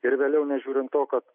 ir vėliau nežiūrint to kad